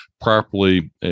properly